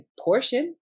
portion